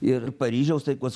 ir paryžiaus taikos